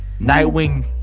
Nightwing